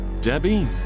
Debbie